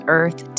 earth